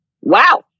wow